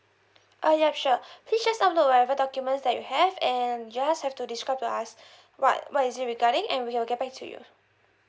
oh yeah sure please just upload whatever documents that you have and just have to describe to us what what is it regarding and we will get back to you